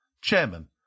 Chairman